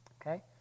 Okay